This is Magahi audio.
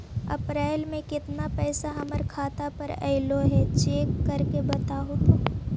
अप्रैल में केतना पैसा हमर खाता पर अएलो है चेक कर के बताहू तो?